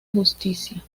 justicia